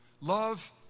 Love